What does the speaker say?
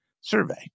survey